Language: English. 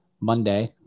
Monday